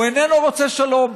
הוא איננו רוצה שלום.